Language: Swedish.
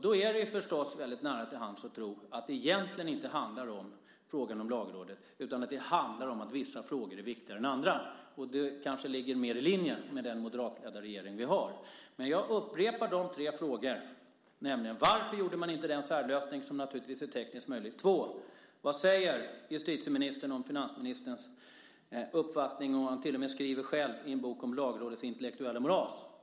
Då ligger det nära till hands att tro att det egentligen inte handlar om Lagrådet, utan om att vissa frågor är viktigare än andra. Det kanske ligger mer i linje med den moderatledda regering vi har. Jag upprepar de tre frågorna. Varför gjorde man inte den särlösning som naturligtvis är tekniskt möjlig? Vad säger justitieministern om finansministerns uppfattning, som han själv skriver om i en bok, om Lagrådets intellektuella moras?